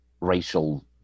racial